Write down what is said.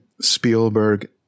Spielberg